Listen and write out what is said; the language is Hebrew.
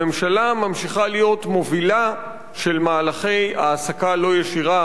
הממשלה ממשיכה להיות מובילה של מהלכי העסקה לא ישירה,